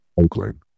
Oakland